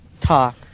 talk